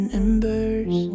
embers